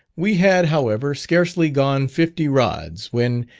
we had, however, scarcely gone fifty rods, when,